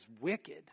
wicked